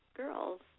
girls